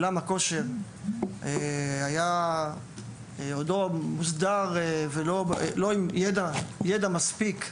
עולם הכושר עוד לא היה מוסדר והוא היה ללא מספיק יידע.